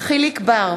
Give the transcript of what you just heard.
יחיאל